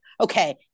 Okay